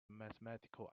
mathematical